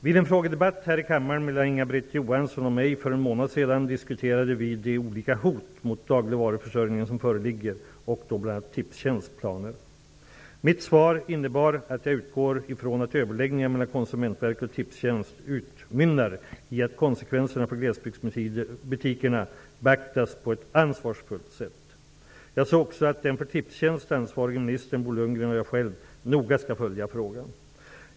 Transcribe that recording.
Vid en frågedebatt här i kammaren mellan Inga Britt Johansson och mig för en månad sedan, diskuterade vi de olika hot mot dagligvaruförsörjningen som föreligger och då bl.a. Mitt svar innebar att jag utgår ifrån att överläggningar mellan Konsumentverket och Tipstjänst utmynnar i att konsekvenserna för glesbygdsbutikerna beaktas på ett ansvarsfullt sätt. Jag sade också att den för Tipstjänst ansvarige ministern Bo Lundgren och jag själv noga skall följa frågan.